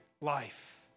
life